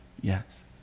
yes